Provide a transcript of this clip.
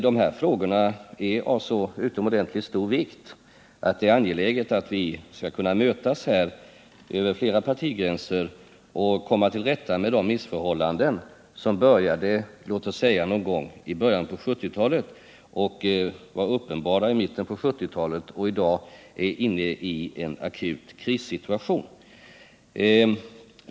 Dessa frågor är nämligen av så utomordentligt stor vikt att det är angeläget att vi kan mötas över flera partigränser och komma till rätta med de missförhållanden som började låt oss säga någon gång i början av 1970-talet, var uppenbara i mitten av 1970-talet och i dag har medfört att vi är inne i en akut krissituation.